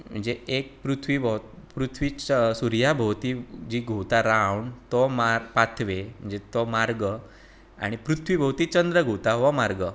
म्हणजे एक पृथ्वी पृथ्वी सुर्या भोंवती जी घुंवता रावंड तो मार्ग पाथवे म्हणजें तो मार्ग आनी पृथ्वी भोंवती चंद्र घुंवता हो मार्ग